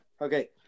Okay